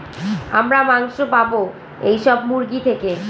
আমরা মাংস পাবো এইসব মুরগি থেকে